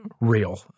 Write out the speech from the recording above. real